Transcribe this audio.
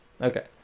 Okay